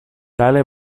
tale